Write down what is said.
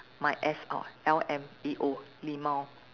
my ass out L M A O lmao